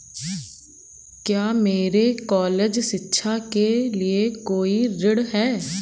क्या मेरे कॉलेज शिक्षा के लिए कोई ऋण है?